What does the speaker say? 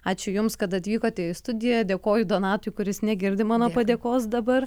ačiū jums kad atvykote į studiją dėkoju donatui kuris negirdi mano padėkos dabar